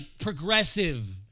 progressive